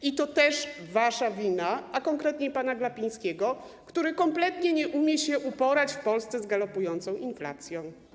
I to też wasza wina, a konkretnie pana Glapińskiego, który kompletnie nie umie się uporać w Polsce z galopującą inflacją.